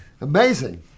Amazing